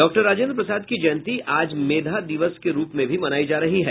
doctor Rajendra Prasad की जयंती आज मेधा दिवस के रूप में भी मनायी जा रही है